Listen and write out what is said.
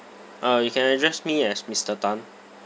uh you can address me as mister tan